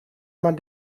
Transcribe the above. man